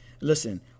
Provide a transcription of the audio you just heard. listen